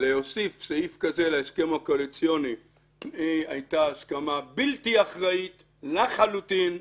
להוסיף סעיף כזה להסכם הקואליציוני הייתה הסכמה בלתי אחראית לחלוטין.